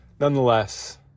Nonetheless